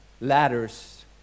ladders